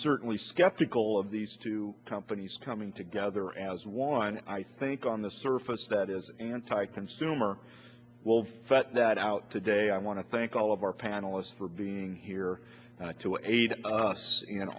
certainly skeptical of these two companies coming together as one i think on the surface that is anti consumer but that out today i want to thank all of our panelists for being here to aid us in